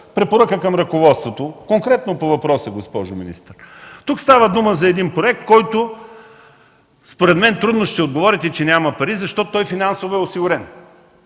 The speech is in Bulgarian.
препоръка към ръководството. Конкретно по въпроса, госпожо министър. Тук става дума за един проект, за който според мен трудно ще отговорите, че няма пари, защото той финансово е осигурен.